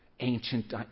ancient